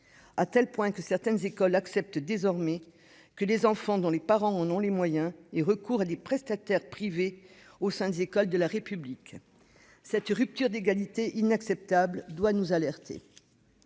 à tel point que certaines écoles acceptent désormais que les enfants dont les parents peuvent se le permettre aient recours à des prestataires privés au sein des écoles de la République. Cette rupture d'égalité inacceptable doit nous alerter.